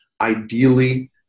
ideally